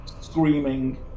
screaming